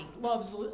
loves